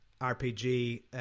rpg